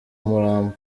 murambo